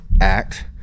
Act